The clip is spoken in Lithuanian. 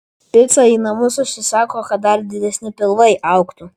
picą į namus užsisako kad dar didesni pilvai augtų